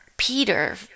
Peter